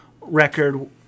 record